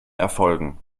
erfolgen